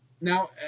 Now